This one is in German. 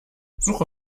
suche